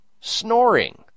snoring